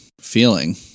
feeling